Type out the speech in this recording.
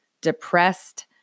depressed